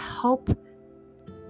help